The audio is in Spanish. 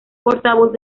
portavoz